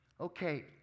okay